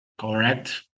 correct